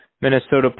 Minnesota